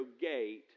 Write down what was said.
gate